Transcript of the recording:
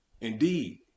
indeed